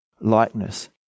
likeness